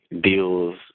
deals